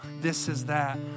this-is-that